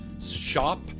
Shop